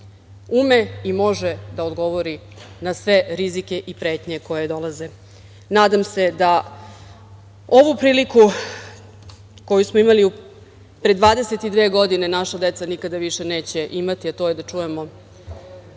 ume i može da odgovori na sve rizike i pretnje koje dolaze. Nadam se da ovu priliku koju smo imali pre 22 godine naša deca nikada više neće imati, a to je da čujemo